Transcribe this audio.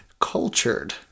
cultured